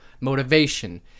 motivation